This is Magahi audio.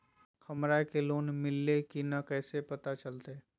हमरा के लोन मिल्ले की न कैसे पता चलते?